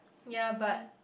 ya but